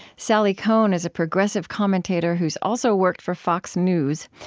sally kohn is a progressive commentator who's also worked for fox news.